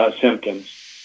symptoms